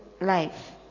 life